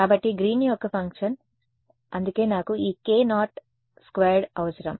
కాబట్టి గ్రీన్ యొక్క ఫంక్షన్ అందుకే నాకు ఈ k నాట్ స్క్వేర్డ్ అవసరం